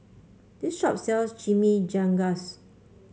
this shop sells Chimichangas